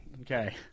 okay